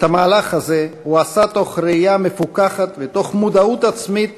את המהלך הזה הוא עשה תוך ראייה מפוכחת ותוך מודעות עצמית